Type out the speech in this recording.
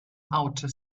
outer